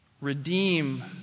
Redeem